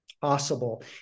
possible